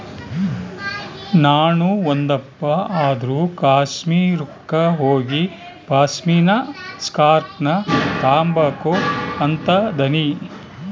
ನಾಣು ಒಂದಪ್ಪ ಆದ್ರೂ ಕಾಶ್ಮೀರುಕ್ಕ ಹೋಗಿಪಾಶ್ಮಿನಾ ಸ್ಕಾರ್ಪ್ನ ತಾಂಬಕು ಅಂತದನಿ